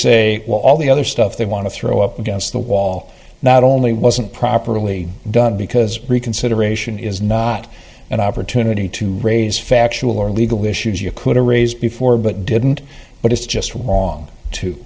say well all the other stuff they want to throw up against the wall not only wasn't properly done because reconsideration is not an opportunity to raise factual or legal issues you put a raise before but didn't but it's just wrong to